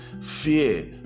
Fear